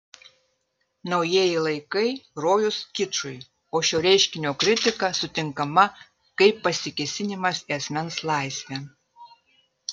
naujieji laikai rojus kičui o šio reiškinio kritika sutinkama kaip pasikėsinimas į asmens laisvę